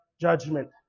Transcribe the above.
judgment